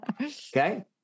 Okay